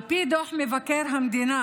על פי דוח מבקר המדינה,